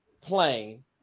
plane